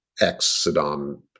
ex-Saddam